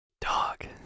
dog